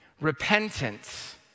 Repentance